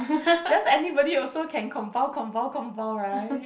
just anybody also can compound compound compound right